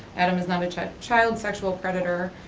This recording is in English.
adam is not a child child sexual predator.